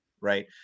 right